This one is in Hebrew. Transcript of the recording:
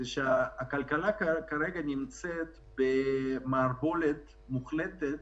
הכלכלה כרגע נמצאת במערבולת מוחלטת,